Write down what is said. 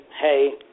hey